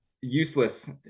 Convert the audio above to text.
useless